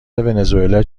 ونزوئلا